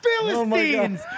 Philistines